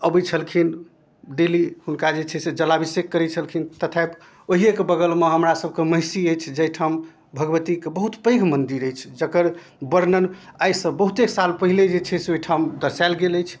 अबै छलखिन डेली हुनका जे छै से जलाभिषेक करै छलखिन तथापि ओहिएके बगलमे हमरासबके महिषी अछि जहिठाम भगवतीके बहुत पैघ मन्दिर अछि जकर वर्णन आइसँ बहुते साल पहिले जे छै से ओहिठाम दर्शाएल गेल अछि